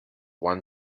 one